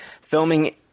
Filming